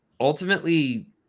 Ultimately